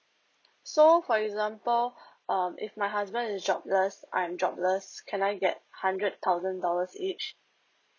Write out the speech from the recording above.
so for example um if my husband is jobless I'm jobless can I get hundred thousand dollars each